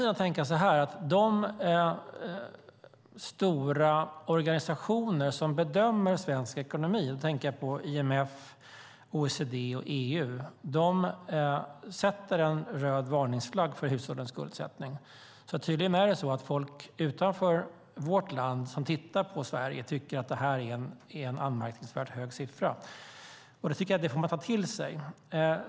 De stora organisationer som bedömer svensk ekonomi - då tänker jag på IMF, OECD och EU - sätter en röd varningsflagg för hushållens skuldsättning. Tydligen tycker folk utanför vårt land, som tittar på Sverige, att det här är en anmärkningsvärt hög siffra. Det tycker jag att man får ta till sig.